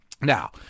Now